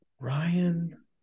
Ryan